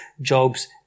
Job's